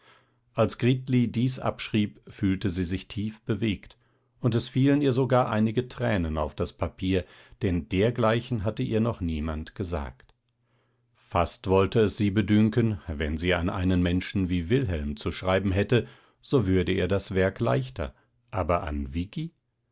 als gritli dies abschrieb fühlte sie sich tief bewegt und es fielen ihr sogar einige tränen auf das papier denn dergleichen hatte ihr noch niemand gesagt fast wollte es sie bedünken wenn sie an einen menschen wie wilhelm zu schreiben hätte so würde ihr das werk leichter aber an